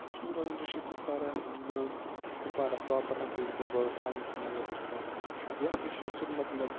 بہٕ چھُس روزان ڈِسٹٕرک کُپواراہَس منٛز کُپوارا پراپَر ہَسا چھُس بہٕ روزان ٹاونَس منٛز ہَسا چھُس بہٕ روزان یہِ ہسا چھُ سُہ مَطلَب